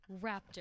Raptor